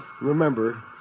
Remember